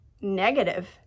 negative